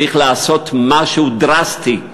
לעשות משהו דרסטי,